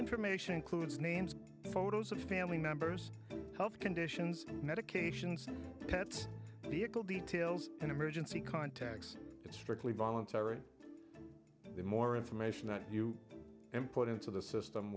information includes names photos of family members health conditions medications pets vehicle details and emergency contacts it's strictly voluntary the more information that you and put into the system